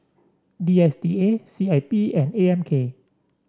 D S T A C I P and A M K